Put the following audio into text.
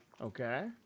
Okay